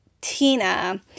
Tina